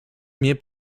mnie